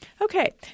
Okay